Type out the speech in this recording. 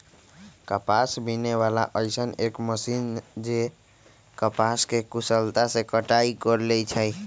कपास बीने वाला अइसन एक मशीन है जे कपास के कुशलता से कटाई कर लेई छई